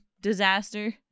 disaster